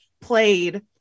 played